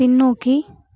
பின்னோக்கி